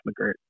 McGirt